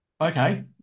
Okay